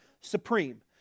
Supreme